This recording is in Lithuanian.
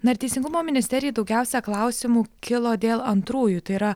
na ir teisingumo ministerijai daugiausiai klausimų kilo dėl antrųjų tai yra